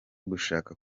gushaka